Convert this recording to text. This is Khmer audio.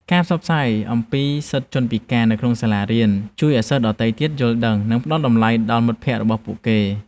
ការផ្សព្វផ្សាយអំពីសិទ្ធិជនពិការនៅក្នុងសាលារៀនជួយឱ្យសិស្សដទៃទៀតយល់ដឹង និងផ្តល់តម្លៃដល់មិត្តភក្តិរបស់ពួកគេ។